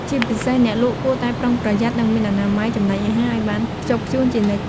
ជាពិសេស អ្នកលក់គួរតែប្រុងប្រយ័ត្ន និងមានអនាម័យចំណីអាហារឱ្យបានខ្ជាប់ខ្ជួនជានិច្ច។